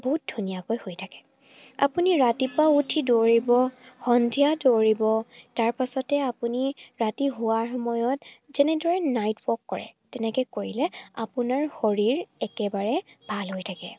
বহুত ধুনীয়াকৈ হৈ থাকে আপুনি ৰাতিপুৱা উঠি দৌৰিব সন্ধিয়া দৌৰিব তাৰপাছতে আপুনি ৰাতি হোৱাৰ সময়ত যেনেদৰে নাইট ৱাক কৰে তেনেকৈ কৰিলে আপোনাৰ শৰীৰ একেবাৰে ভাল হৈ থাকে